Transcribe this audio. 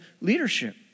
leadership